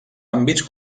àmbits